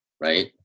right